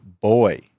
boy